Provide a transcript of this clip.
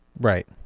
Right